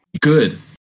Good